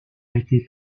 été